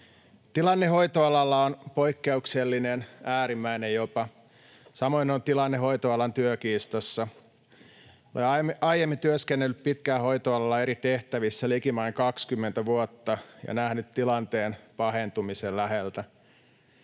Tilanne hoitoalalla on poikkeuksellinen, äärimmäinen jopa. Samoin on tilanne hoitoalan työkiistassa. Olen aiemmin työskennellyt pitkään hoitoalalla eri tehtävissä likimain 20 vuotta ja nähnyt tilanteen pahentumisen läheltä.